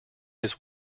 his